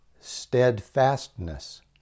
Steadfastness